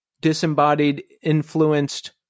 disembodied-influenced